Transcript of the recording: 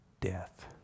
death